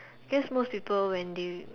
because most people when they